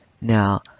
now